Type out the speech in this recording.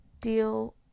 deal